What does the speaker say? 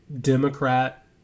Democrat